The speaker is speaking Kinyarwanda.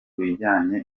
bijyanye